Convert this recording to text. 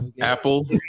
Apple